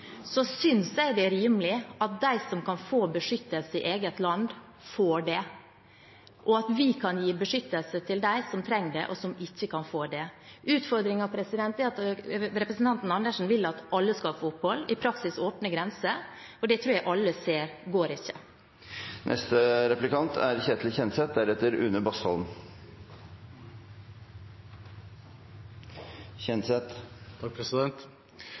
jeg det er rimelig at de som kan få beskyttelse i eget land, får det, og at vi kan gi beskyttelse til dem som trenger det og ikke kan få det. Utfordringen er at representanten Andersen vil at alle skal få opphold – i praksis åpne grenser – og det tror jeg alle ser at ikke går. Nå er